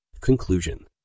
Conclusion